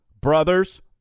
brothers